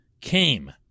came